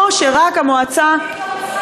או שרק המועצה,